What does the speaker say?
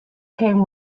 came